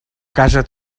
casa